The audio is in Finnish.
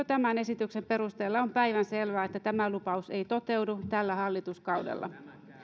tämän esityksen perusteella on päivänselvää että tämä lupaus ei toteudu tällä hallituskaudella